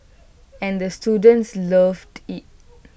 and the students loved IT